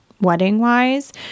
wedding-wise